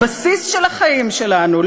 הבסיס של החיים שלנו,